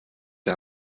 der